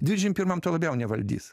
dvidešim pirmam tuo labiau nevaldys